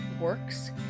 works